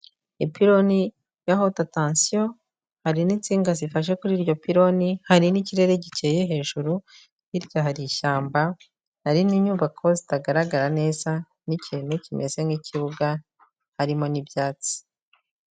Ipiloni ya hotatansiyo, hari n'insinga zifashe kuri iryo piloni, hari n'ikirere gike hejuru, hirya hari ishyamba, hari n'inyubako zitagaragara neza n'ikintu kimeze nk'ikibuga harimo n'ibyatsi.